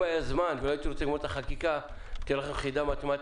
אם היה זמן ולא הייתי רוצה לסיים את החקיקה הייתי נותן לכם חידה מתמטית